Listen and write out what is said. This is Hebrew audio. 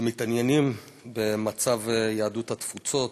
שמתעניינים במצב יהדות התפוצות,